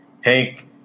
hank